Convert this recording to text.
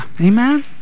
amen